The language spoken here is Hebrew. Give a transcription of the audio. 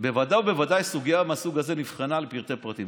בוודאי ובוודאי סוגיה מהסוג הזה נבחנה לפרטי-פרטים.